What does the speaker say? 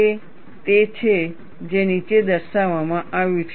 તે તે છે જે નીચે દર્શાવવામાં આવ્યું છે